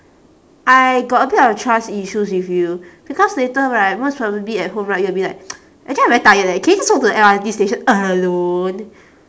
I got a bit of trust issues with you because later right most probably at home right you'll be like actually I very tired leh can you just go to the L_R_T station alone